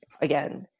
again